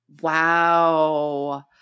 Wow